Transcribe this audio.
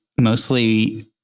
mostly